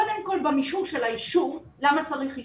קודם כל במישור של האישור, למה צריך אישור,